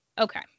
Okay